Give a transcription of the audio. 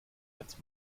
jetzt